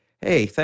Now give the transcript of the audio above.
Hey